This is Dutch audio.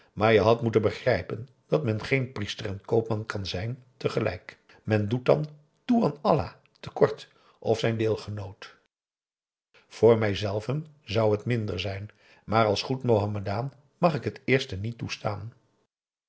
maar je hadt moeten begrijpen dat men geen priester en koopman kan zijn tegelijk men doet dan toean allah te kort of zijn deelgenoot voor mijzelven zou het minder zijn maar als goed mohammedaan mag ik het eerste niet toestaan